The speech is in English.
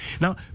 Now